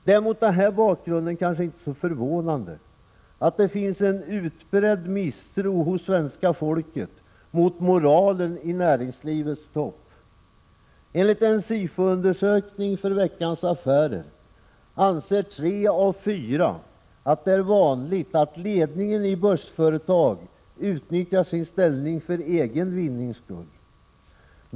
Det är mot denna bakgrund kanske inte så förvånande att det finns en utbredd misstro hos svenska folket mot moralen i näringslivets topp. Enligt en SIFO-undersökning gjord för Veckans Affärer anser tre av fyra att det är vanligt att ledningen i börsföretag utnyttjar sin ställning för egen vinnings skull.